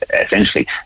essentially